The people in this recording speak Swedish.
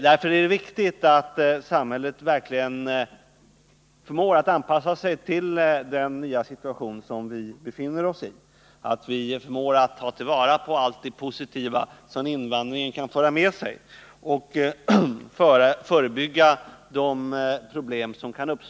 Därför är det viktigt att samhället verkligen förmår att anpassa sig till den nya situation som vi befinner oss i, att vi förmår att ta till vara allt det positiva som invandringen kan föra med sig och förebygga de problem som kan uppstå.